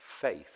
faith